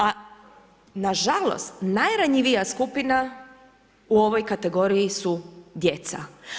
A nažalost, najranjivija skupina u ovoj kategoriji su djeca.